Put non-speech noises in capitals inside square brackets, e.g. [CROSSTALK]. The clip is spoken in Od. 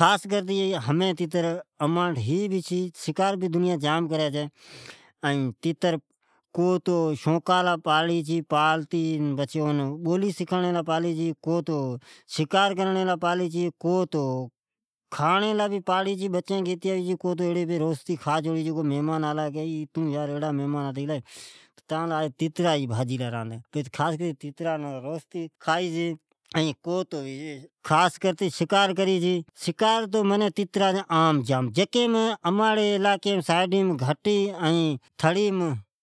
اچاتے ، ھمین اماٹھ تیتر گھٹ ھی ھمین ، تیتر کو شکاری لی پاڑی چھے ،کو کھاڑ لی پاڑئ چھی ، یا کو مھمان آلا تو ایئی ھی تو تانجی لی تیتر جی بھاجی راڈون لی [HESITATION] تیترا جا شکار عام جام کر چھے بامان تھے تیتر ھمین جان ھے